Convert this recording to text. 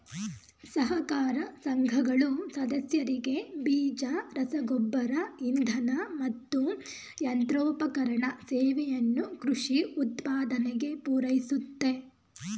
ಸಹಕಾರ ಸಂಘಗಳು ಸದಸ್ಯರಿಗೆ ಬೀಜ ರಸಗೊಬ್ಬರ ಇಂಧನ ಮತ್ತು ಯಂತ್ರೋಪಕರಣ ಸೇವೆಯನ್ನು ಕೃಷಿ ಉತ್ಪಾದನೆಗೆ ಪೂರೈಸುತ್ತೆ